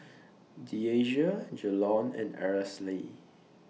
Deasia Jalon and Aracely